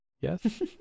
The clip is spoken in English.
Yes